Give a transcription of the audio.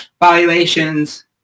valuations